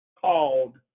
called